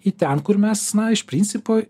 į ten kur mes na iš principo